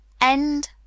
End